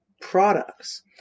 products